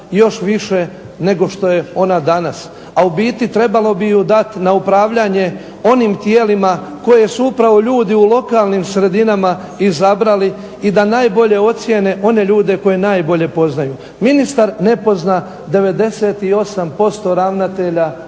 još više nego što je ona danas. A u biti trebalo bi ju dati na upravljanje onim tijelima koje su ljudi u lokalnim razinama izabrali i da najbolje ocijene one ljude koje najbolje poznaju. Ministar ne pozna 98% ravnatelja